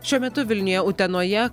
šiuo metu vilniuje utenoje